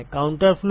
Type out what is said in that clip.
counter flow